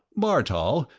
bartol,